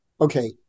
okay